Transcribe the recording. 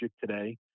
today